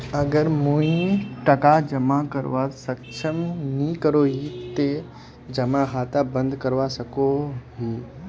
अगर मुई टका जमा करवात सक्षम नी करोही ते जमा खाता बंद करवा सकोहो ही?